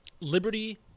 Liberty